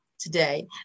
today